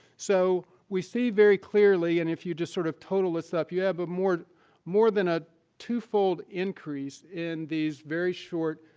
so we see very clearly, and if you just sort of total this up, you have more more than a two-fold increase in these very short